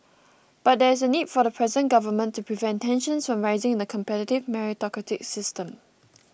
but there is a need for the present Government to prevent tensions from rising in the competitive meritocratic system